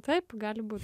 taip gali būt